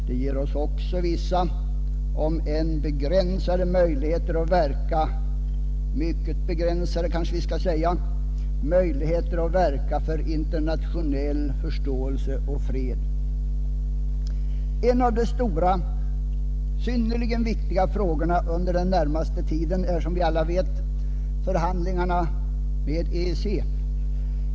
Den ger oss också vissa om än mycket begränsade möjligheter att verka för internationell förståelse och fred. En av de allra viktigaste frågorna under den närmaste tiden är som vi vet förhandlingarna med EEC.